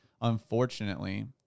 unfortunately